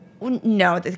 No